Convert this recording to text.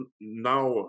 now